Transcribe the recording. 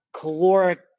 caloric